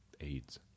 AIDS